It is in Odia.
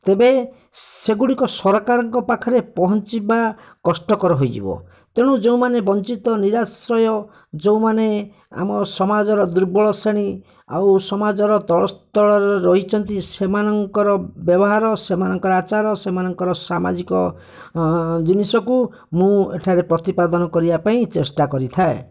ତେବେ ସେଗୁଡ଼ିକ ସରକାରଙ୍କ ପାଖରେ ପହଞ୍ଚିବା କଷ୍ଟକର ହୋଇଯିବ ତେଣୁ ଯେଉଁମାନେ ବଞ୍ଚିତ ନିରାଶ୍ରୟ ଯେଉଁମାନେ ଆମ ସମାଜର ଦୁର୍ବଳ ଶ୍ରେଣୀ ଆଉ ସମାଜର ତଳ ସ୍ତରରେ ରହିଛନ୍ତି ସେମାନଙ୍କର ବ୍ୟବହାର ସେମାନଙ୍କ ଆଚାର ସେମାନଙ୍କର ସାମାଜିକ ଜିନିଷକୁ ମୁଁ ଏଠାରେ ପ୍ରତିପାଦନ କରିବାପାଇଁ ଚେଷ୍ଟା କରିଥାଏ